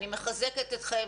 אני מחזקת אתכם.